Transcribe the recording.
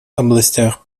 областях